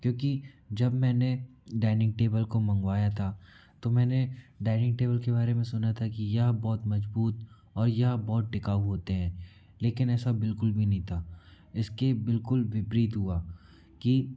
क्योंकि जब मैंने डाइनिंग टेबल को मंगवाया था तो मैंने डाइनिंग टेबल के बारे में सुना था कि यह बहुत मजबूत और यह बहुत टिकाऊ होते हैं लेकिन ऐसा बिल्कुल भी नहीं था इसके बिल्कुल विपरीत हुआ कि